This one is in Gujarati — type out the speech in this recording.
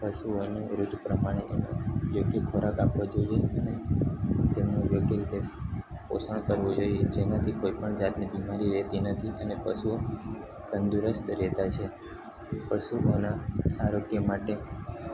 પશુઓને ઋતુ પ્રમાણે એને યોગ્ય ખોરાક આપવો જોઈએ અને તેમનું યોગ્ય રીતે પોષણ કરવું જોઈએ જેમાંથી કોઈપણ જાતની બીમારી રહેતી નથી અને પશુઓ તંદુરસ્ત રહેતા છે પશુઓના આરોગ્ય માટે